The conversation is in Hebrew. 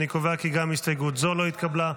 אני קובע כי גם הסתייגות זו לא התקבלה.